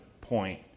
point